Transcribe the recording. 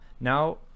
Now